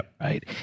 Right